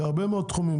בהרבה מאוד תחומים,